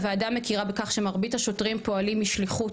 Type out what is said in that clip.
הוועדה מכירה בכך שמרבית השוטרים פועלים משליחות,